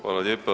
Hvala lijepa.